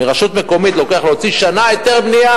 מרשות מקומית לוקח שנה להוציא היתר בנייה,